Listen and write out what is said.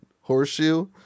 horseshoe